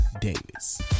Davis